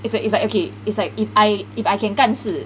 it's a it's like okay it's like if I if I can 干事